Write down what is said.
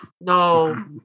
No